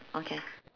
okay